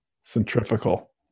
centrifugal